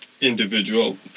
individual